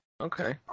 Okay